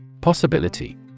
Possibility